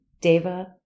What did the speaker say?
Deva